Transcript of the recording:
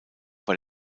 bei